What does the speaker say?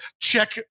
check